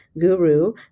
guru